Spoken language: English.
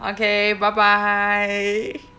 okay bye bye